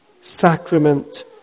sacrament